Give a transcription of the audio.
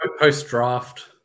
post-draft